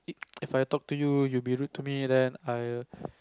If I talk to you you be rude to me then I'll